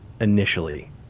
initially